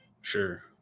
Sure